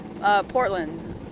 Portland